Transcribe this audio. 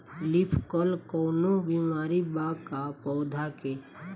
Leaf कल कौनो बीमारी बा का पौधा के?